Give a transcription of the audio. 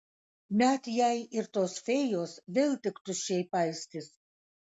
net jei ir tos fėjos vėl tik tuščiai paistys